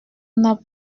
n’a